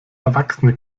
erwachsene